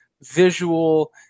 visual